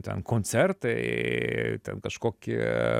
ten koncertai ten kažkokie